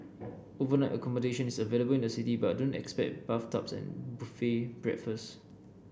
overnight accommodation is available in the city but don't expect bathtubs and buffet breakfasts